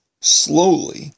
slowly